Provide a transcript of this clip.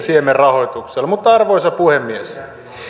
siemenrahoituksella meidän vaihtoehtobudjetistamme arvoisa puhemies